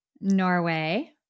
Norway